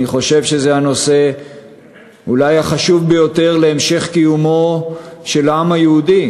אני חושב שזה הנושא אולי החשוב ביותר להמשך קיומו של העם היהודי,